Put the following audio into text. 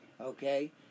okay